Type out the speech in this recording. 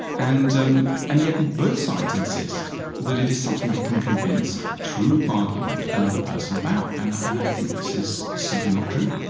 and um and yet, both sides insist that it is something they can convince through argument another person about, and and i think this is simply not true